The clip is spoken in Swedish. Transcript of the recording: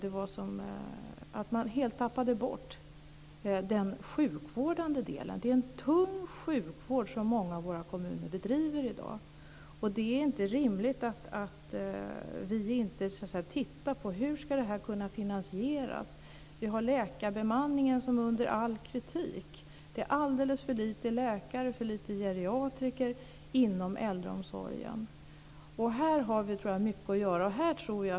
Man tappade helt bort den sjukvårdande delen. Det är tung sjukvård som många av våra kommuner bedriver i dag. Det är inte rimligt att vi inte tittar på hur det ska kunna finansieras. Läkarbemanningen är under all kritik. Det finns alldeles för få läkare och för få geriatriker inom äldreomsorgen. Jag tror att vi har mycket att göra i det här avseendet.